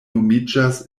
nomiĝas